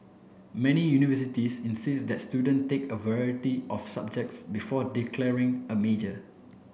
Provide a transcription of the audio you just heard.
many universities insist that student take a variety of subjects before declaring a major